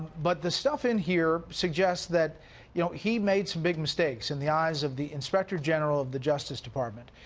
but the stuff in here suggests that you know he made some big mistakes in the eyes of the inspector general of the justice department.